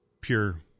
pure